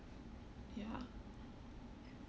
ya